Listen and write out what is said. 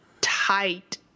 tight